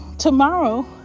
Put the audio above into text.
Tomorrow